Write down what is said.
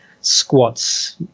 squats